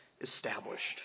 established